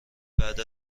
بعد